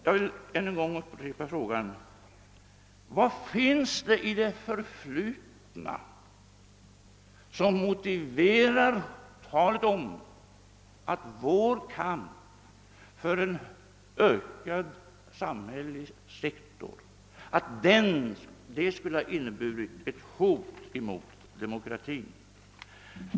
Jag vill än en gång upprepa frågan: Vad finns det i det förflutna som motiverar talet om att vår kamp för en ökad samhällelig sektor skulle ha inneburit ett hot mot demokratin?